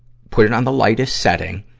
put it on the lightest setting,